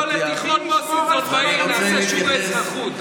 תבוא לתיכון מוסינזון בעיר, נעשה שיעורי אזרחות.